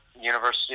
university